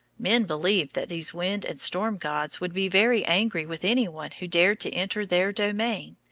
men believed that these wind and storm gods would be very angry with any one who dared to enter their domain,